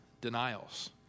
denials